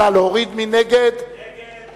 ההסתייגות לא נתקבלה.